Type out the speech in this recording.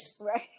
Right